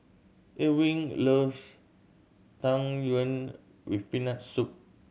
Ewing loves Tang Yuen with Peanut Soup